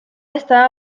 estaba